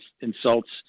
insults